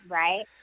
right